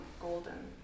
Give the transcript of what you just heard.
golden